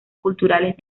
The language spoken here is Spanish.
culturales